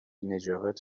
نجابت